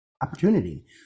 opportunity